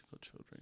children